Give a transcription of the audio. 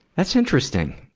that's interesting.